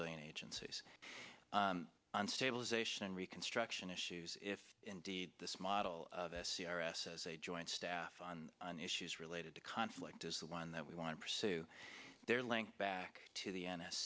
civilian agencies on stabilization and reconstruction issues if indeed this model of a c r s as a joint staff on on issues related to conflict is the one that we want to pursue their link back to the n s